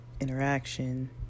interaction